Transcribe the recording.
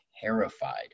terrified